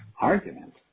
argument